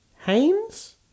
Haynes